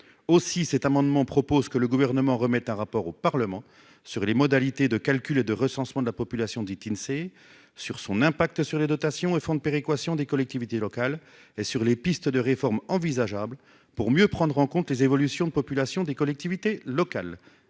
Aussi, cet amendement propose que le Gouvernement remette un rapport au Parlement sur les modalités de calcul et de recensement de la population dite Insee sur son impact sur les dotations et fonds de péréquation des collectivités locales et sur les pistes de réformes envisageables pour mieux prendre en compte les évolutions de population des collectivités locales.